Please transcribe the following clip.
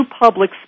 public